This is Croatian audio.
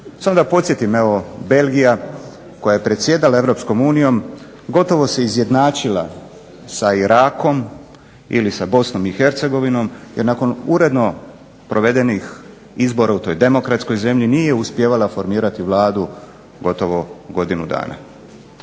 Samo da podsjetim, evo Belgija koja je predsjedala EU gotovo se izjednačila sa Irakom ili sa BiH jer nakon uredno provedenih izbora u toj demokratskoj zemlji nije uspijevala formirati Vladu gotovo godinu dana.